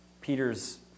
Peter's